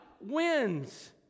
wins